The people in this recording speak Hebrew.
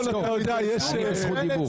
אני בזכות דיבור.